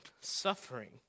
suffering